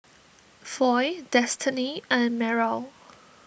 Foy Destany and Meryl